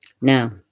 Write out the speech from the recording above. Now